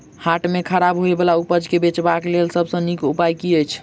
हाट मे खराब होय बला उपज केँ बेचबाक क लेल सबसँ नीक उपाय की अछि?